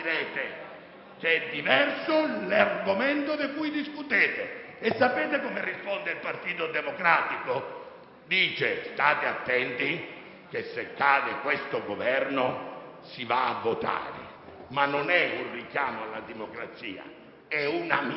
è diverso l'argomento di cui discutete. Sapete come risponde il Partito Democratico? Vi dice di stare attenti, perché se cade questo Governo si va a votare e non è un richiamo alla democrazia, ma una minaccia